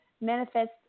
manifest